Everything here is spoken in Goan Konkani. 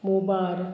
मोबार